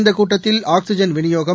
இந்தக் கூட்டத்தில் ஆக்சிஜன் விநியோகம்